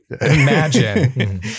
Imagine